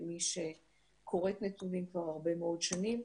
כמי שקוראת נתונים כבר הרבה מאוד שנים,